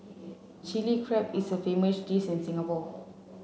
Chilli Crab is a famous dish in Singapore